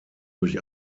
durch